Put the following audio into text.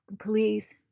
Please